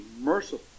merciful